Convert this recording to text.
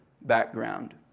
background